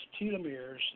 telomeres